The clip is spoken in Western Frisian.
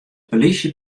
polysje